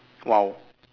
!wow!